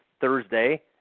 Thursday